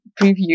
preview